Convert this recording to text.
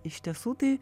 iš tiesų tai